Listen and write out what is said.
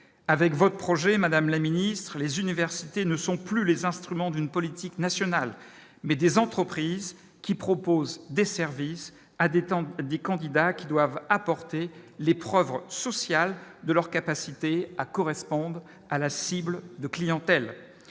avec votre projet, Madame la Ministre, les universités ne sont plus les instruments d'une politique nationale mais des entreprises qui proposent des services à des des candidats qui doivent apporter les preuves sociale de leur capacité à correspondent à la cible de clientèle,